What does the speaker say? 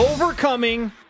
Overcoming